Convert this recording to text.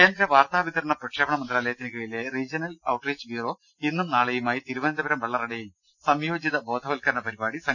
കേന്ദ്ര വാർത്താ വിതരണ പ്രക്ഷേപണ മന്ത്രാലയത്തിന് കീഴിലെ റീജിയണൽ ഔട്ട് റീച്ച് ബ്യൂറോ ഇന്നും നാളെയുമായി തിരുവനന്തപുരം വെള്ളറടയിൽ സംയോജിത ബോധവത്കരണ പരിപാടി സംഘടിപ്പിക്കും